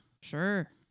Sure